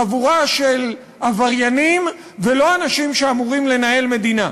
חבורה של עבריינים, ולא אנשים שאמורים לנהל מדינה.